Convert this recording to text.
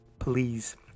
please